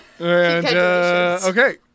Okay